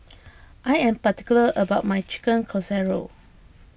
I am particular about my Chicken Casserole